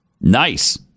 Nice